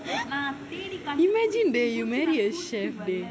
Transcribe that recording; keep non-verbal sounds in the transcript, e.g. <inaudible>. <laughs> imagine that you marry a chef leh